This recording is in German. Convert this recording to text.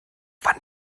wann